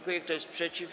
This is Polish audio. Kto jest przeciw?